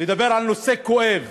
לדבר על נושא כואב